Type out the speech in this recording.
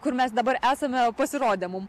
kur mes dabar esame pasirodė mum